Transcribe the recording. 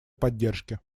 поддержки